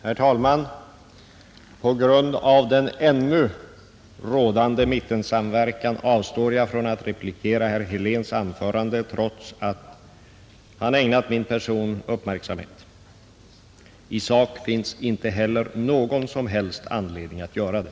Herr talman! På grund av den ännu rådande mittensamverkan avstår jag från att replikera herr Heléns anförande, trots att han ägnat min person uppmärksamhet. I sak finns inte heller någon som helst anledning att göra det.